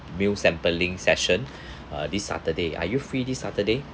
meal sampling session uh this saturday are you free this saturday